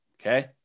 okay